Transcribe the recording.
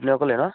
আপুনি অকলে ন